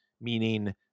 meaning